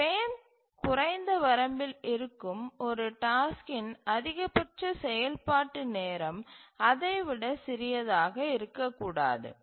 frame குறைந்த வரம்பில் இருக்கும் ஒரு டாஸ்க்கின் அதிகபட்ச செயல்பாட்டு நேரம் அதை விட சிறியதாக இருக்கக்கூடாது